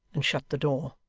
and shut the door.